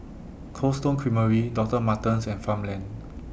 Cold Stone Creamery Doctor Martens and Farmland